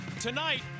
Tonight